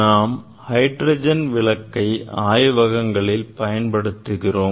நாம் ஹைட்ரஜன் விளக்கை ஆய்வகத்தில் பயன்படுத்துகிறோம்